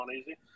Easy